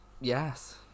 yes